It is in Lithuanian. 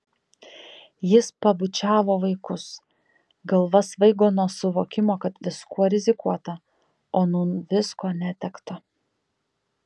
jis pabučiavo vaikus galva svaigo nuo suvokimo kad viskuo rizikuota o nūn visko netekta